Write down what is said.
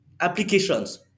applications